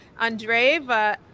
Andreva